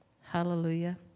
Hallelujah